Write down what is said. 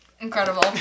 Incredible